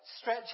stretch